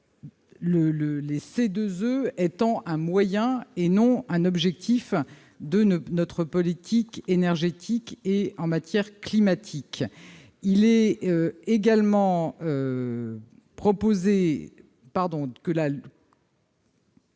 les CEE, étant un moyen et non pas un objectif de notre politique énergétique et climatique. Il est également proposé d'adapter